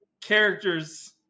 characters